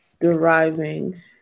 deriving